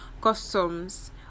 customs